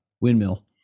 windmill